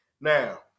Now